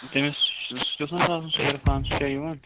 تٔمِس سُہ چھُنہٕ آسان سُہ عرفان سُہ چھا یِوان